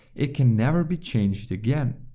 it can never be changed again.